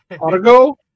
argo